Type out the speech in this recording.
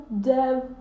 Dev